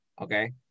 Okay